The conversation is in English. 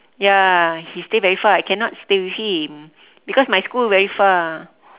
ya he stay very far I cannot stay with him because my school very far